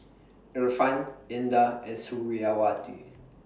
Irfan Indah and Suriawati